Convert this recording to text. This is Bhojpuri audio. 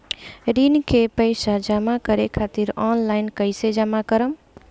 ऋण के पैसा जमा करें खातिर ऑनलाइन कइसे जमा करम?